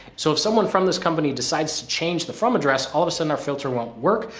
so if someone from this company decides to change the, from address, all of a sudden our filter won't work.